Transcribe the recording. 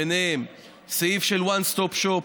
ובהם סעיף של one-stop shop,